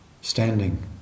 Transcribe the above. standing